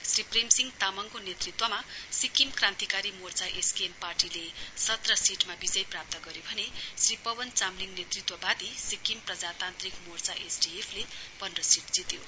श्री प्रेमसिंह तामङको नेतृत्वमा सिक्किम क्रान्तिकारी मोर्चा एसकेएम पार्टीले सत्र सीटमा विजय प्राप्त गर्यो भने श्री पवन चामलिङ नेतृत्ववादी सिक्किम प्रजातान्त्रिक मोर्चा एसडीएफ ले पन्ध्र सीट जित्यो